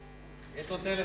יש לו טלפון.